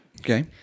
Okay